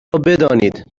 بدانید